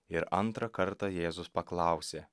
ir antrą kartą jėzus paklausė